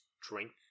drink